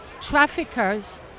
traffickers